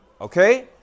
okay